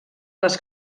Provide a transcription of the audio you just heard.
les